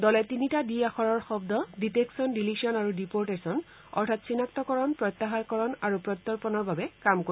দলে তিনিটা ডি আখৰৰ শব্দ ডিটেকছন ডিলিছন আৰু ডিপ'ৰটেছন অৰ্থাৎ চিনাক্তকৰণ প্ৰত্যাহাৰকৰণ আৰু প্ৰত্যৰ্পণৰ বাবে কাম কৰিব